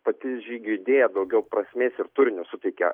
pati žygių idėja daugiau prasmės ir turinio suteikia